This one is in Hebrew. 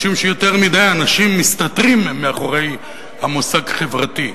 משום שיותר מדי אנשים מסתתרים מאחורי המושג "חברתי".